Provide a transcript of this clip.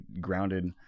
grounded